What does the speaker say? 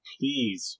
please